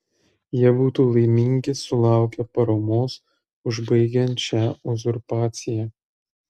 jie būtų laimingi sulaukę paramos užbaigiant šią uzurpaciją